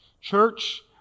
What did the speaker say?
Church